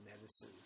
Medicine